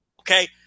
Okay